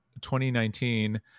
2019